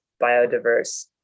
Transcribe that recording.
biodiverse